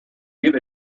give